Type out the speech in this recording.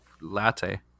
latte